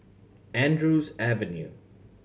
Andrews Avenue